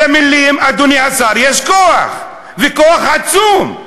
למילים, אדוני השר, יש כוח, וכוח עצום.